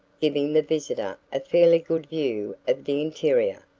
giving the visitor a fairly good view of the interior.